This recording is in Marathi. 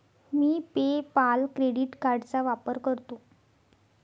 मी पे पाल क्रेडिट कार्डचा वापर करतो